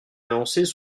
annoncés